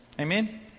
Amen